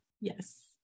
Yes